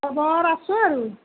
খবৰ আছোঁ আৰু